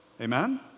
Amen